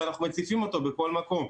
ואנחנו מציפים אותו בכל מקום,